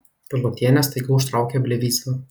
pilotienė staiga užtraukia blevyzgą